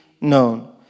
known